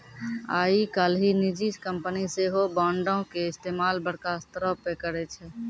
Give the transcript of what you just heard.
आइ काल्हि निजी कंपनी सेहो बांडो के इस्तेमाल बड़का स्तरो पे करै छै